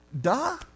Duh